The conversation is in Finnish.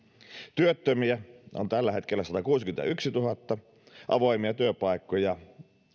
työttömiä on tällä hetkellä satakuusikymmentätuhatta avoimia työpaikkoja